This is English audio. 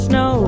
no